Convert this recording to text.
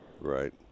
Right